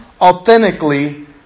authentically